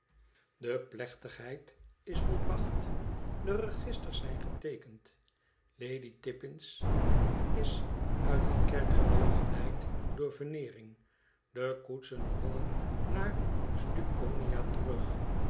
de plechtigheid is volbracht de registers zijn geteekend lady tippins is uit het kerkgebouw geleid door veneering de koetsen rollen naar stucconia terug